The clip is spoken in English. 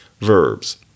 verbs